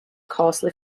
coarsely